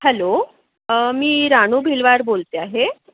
hello मी रानू भिलवाड बोलते आहे